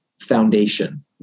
foundation